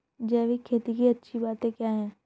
जैविक खेती की अच्छी बातें क्या हैं?